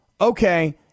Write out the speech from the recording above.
Okay